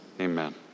Amen